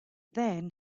then